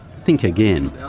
think again.